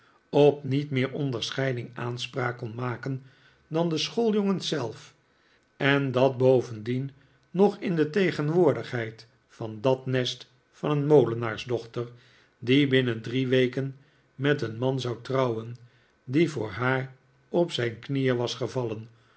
op niet meer onderscheiding aanspraak kon maken dan de schooljongens zelf en dat bovendien nog in tegenwoordigheid van dat nest van een molenaarsdochter die binnen drie weken met een man zou trouwen die voor haar op zijn knieen was gevallen